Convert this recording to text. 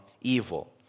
evil